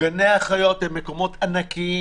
גני החיות הם מקומות ענקיים